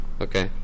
Okay